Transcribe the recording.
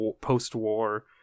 post-war